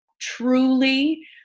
truly